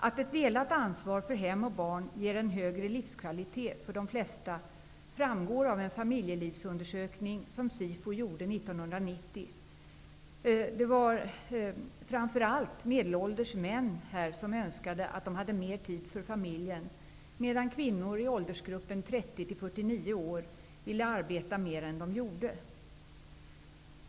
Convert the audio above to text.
Att ett delat ansvar för hem och barn ger en högre livskvalitet för de flesta människor framgår av en familjelivsundersökning som SIFO gjorde 1990. Framför allt medelålders män önskade att de hade mer tid för familjen, medan kvinnor i åldern 30--49 år ville arbeta mer än de gjorde.